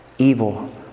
evil